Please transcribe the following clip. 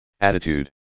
attitude